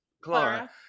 Clara